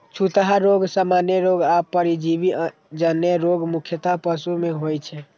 छूतहा रोग, सामान्य रोग आ परजीवी जन्य रोग मुख्यतः पशु मे होइ छै